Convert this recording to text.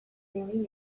egin